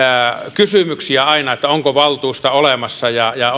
kysymyksiä aina siitä onko valtuutusta olemassa ja ja